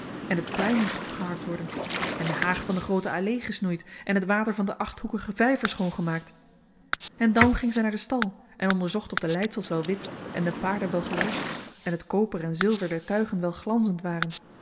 en het plein moest opgeharkt worden en de haag van de groote allee gesnoeid en het water van den achthoekigen vijver schoongemaakt en dan ging zij naar den stal en onderzocht of de leidsels wel wit en de paarden wel gerost en het koper en zilver der tuigen wel glanzend waren